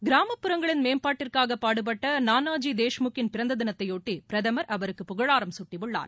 கிராமப்புறங்களின் மேம்பாட்டிற்காக பாடுபட்ட நானாஜி தேஷ்முக்கின் பிறந்த தினத்தையொட்டி பிரதமர் அவருக்கு புகழாரம் சூட்டியுள்ளார்